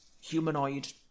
humanoid